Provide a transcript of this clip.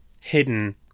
hidden